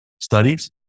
studies